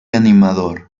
animador